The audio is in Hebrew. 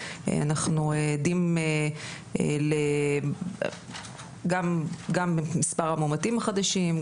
אנחנו עדים גם במספר מאומתים חדשים,